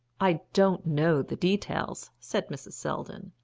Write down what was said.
i don't know the details, said mrs. selldon.